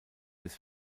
des